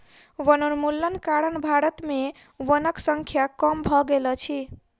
वनोन्मूलनक कारण भारत में वनक संख्या कम भ गेल अछि